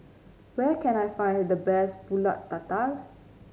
where can I find the best pulut tatal